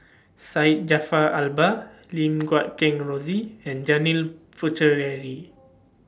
Syed Jaafar Albar Lim Guat Kheng Rosie and Janil Puthucheary